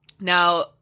Now